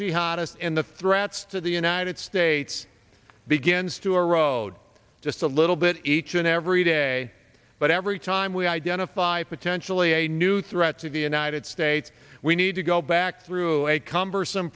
jihadist in the threats to the united states begins to erode just a little bit each and every day but every time we identify potentially a new threat to the united states we need to go back through a cumbersome